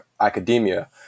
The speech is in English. academia